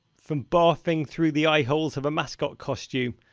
from barfing through the eye holes of a mascot costume,